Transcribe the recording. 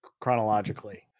chronologically